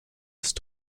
ist